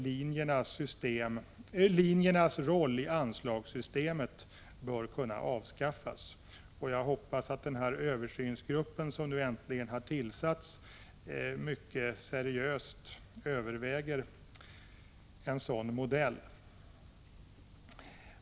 Vidare bör linjernas roll i anslagssystemet kunna avskaffas. Jag hoppas att den översynsgrupp som nu äntligen har tillsatts mycket seriöst överväger en sådan modell.